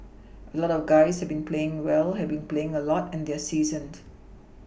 a lot of guys have been playing well have been playing a lot and they're seasoned